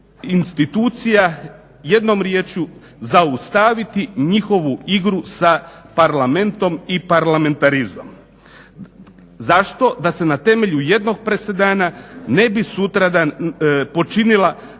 institucija, jednom rječju zaustaviti njihovu igru sa Parlamentom i parlamentarizmom. Zašto, da se na temelju jednog presedana ne bi sutradan počinila